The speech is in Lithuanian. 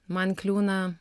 man kliūna